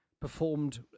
Performed